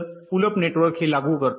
तर pull up network हे लागू करते